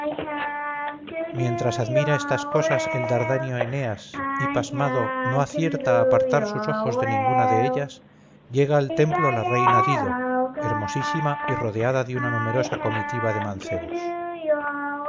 mientras admira estas cosas el dardanio eneas y pasmado no acierta a apartar sus ojos de ninguna de ellas llega al templo la reina dido hermosísima y rodeada de una numerosa comitiva de mancebos